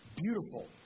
beautiful